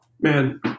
Man